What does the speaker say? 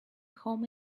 home